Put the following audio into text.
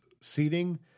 seating